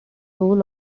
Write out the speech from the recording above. role